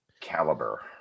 caliber